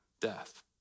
death